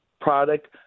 product